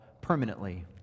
permanently